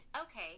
okay